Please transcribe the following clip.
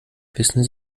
wissen